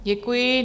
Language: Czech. Děkuji.